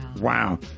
Wow